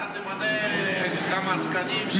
אתה תמנה כמה עסקנים שיעשו את זה?